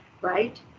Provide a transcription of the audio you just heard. right